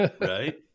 Right